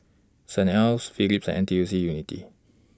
Saint Ives Phillips N T U C Unity